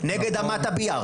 נגד תל שילה, נגד אמת הביאר.